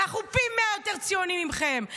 אנחנו פי מאה יותר ציוניים מכם.